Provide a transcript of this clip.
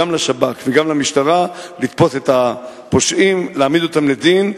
גם לשב"כ וגם למשטרה לתפוס את הפושעים ולהעמיד אותם לדין.